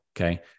okay